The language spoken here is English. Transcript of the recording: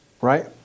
right